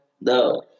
No